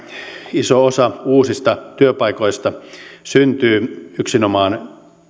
iso osa uusista työpaikoista syntyy yksinomaan